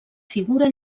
figura